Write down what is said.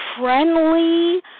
friendly